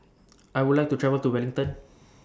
I Would like to travel to Wellington